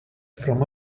from